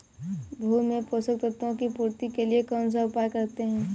भूमि में पोषक तत्वों की पूर्ति के लिए कौनसा उपाय करते हैं?